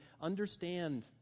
understand